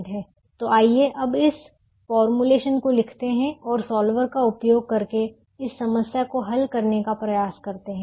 तो आइए अब इस फॉर्मूलेशन को लिखते हैं और सॉल्वर का उपयोग करके इस समस्या को हल करने का प्रयास करते हैं